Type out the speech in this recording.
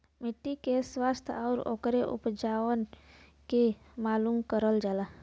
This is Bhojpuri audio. मट्टी के स्वास्थ्य आउर ओकरे उपजाऊपन के मालूम करल जाला